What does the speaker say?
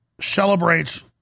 celebrates